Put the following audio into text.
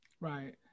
right